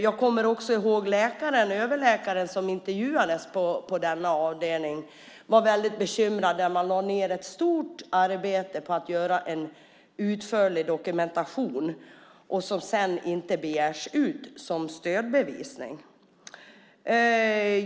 Jag kommer också ihåg att överläkaren som intervjuades på denna avdelning var väldigt bekymrad. Man lade ned ett stort arbete på att göra en utförlig dokumentation, men den begärs sedan inte ut som stödbevisning.